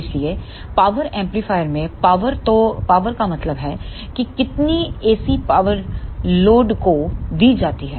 इसलिएपावर amplifier में power का मतलब है कि कितनी एसी पावरलोड को दी जाती है